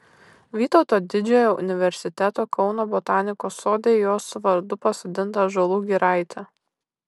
vytauto didžiojo universiteto kauno botanikos sode jos vardu pasodinta ąžuolų giraitė